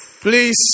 Please